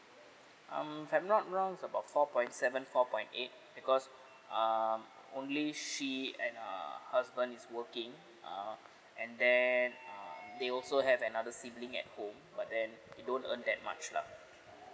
um if I'm not wrong is about four point seven four point eight because um only she and her husband is working err and then uh they also have another sibling at home but then it don't earn that much lah